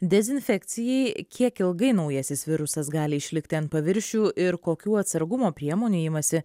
dezinfekcijai kiek ilgai naujasis virusas gali išlikti ant paviršių ir kokių atsargumo priemonių imasi